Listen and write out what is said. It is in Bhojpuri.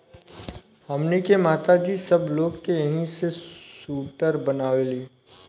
हमनी के माता जी सब लोग के एही से सूटर बनावेली